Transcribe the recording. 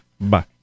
Bye